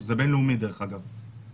זה בין-לאומי, דרך אגב.